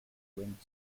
went